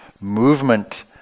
movement